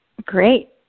Great